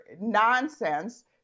nonsense